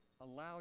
allow